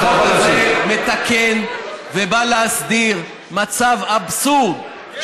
החוק הזה מתקן ובא להסדיר מצב אבסורדי,